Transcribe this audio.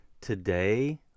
today